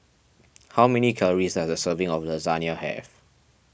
how many calories does a serving of Lasagne have